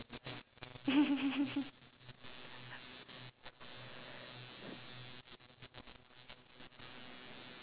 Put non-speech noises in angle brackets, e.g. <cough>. <laughs>